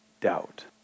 doubt